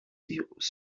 virus